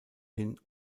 hin